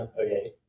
okay